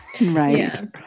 right